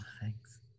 thanks